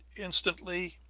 instantly.